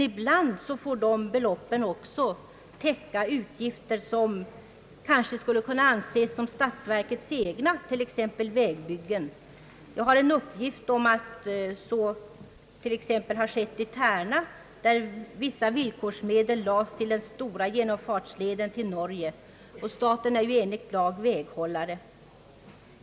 Ibland får de väl också täcka utgifter som är statsverkets egna, t.ex. vägbyggen. Jag har en uppgift om att så bl.a. skett i Tärna där villkorsmedel lades till den stora genomfartsleden till Norge. Staten är ju enligt lag väghållare.